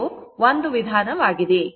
ಇದು ಒಂದು ವಿಧಾನ ವಾಗಿದೆ